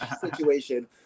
situation